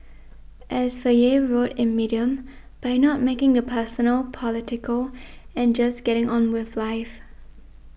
as Faye wrote in Medium by not making the personal political and just getting on with life